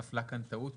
נפלה כאן טעות,